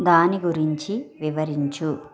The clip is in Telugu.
దాని గురించి వివరించు